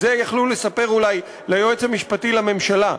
את זה יכלו לספר אולי ליועץ המשפטי לממשלה,